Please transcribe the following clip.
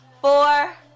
four